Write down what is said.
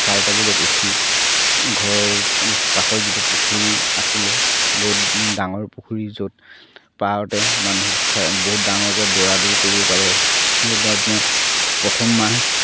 চাৰিটা বজাত উঠি ঘৰৰ কাষৰ যিটো পুখুৰী আছিলে বহুত ডাঙৰ পুখুৰী য'ত পাৰতে মানুহে বহুত ডাঙৰকে দৌৰা দৌৰি কৰিব পাৰে তাত মই প্ৰথম মাহ